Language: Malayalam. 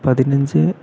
പതിനഞ്ച്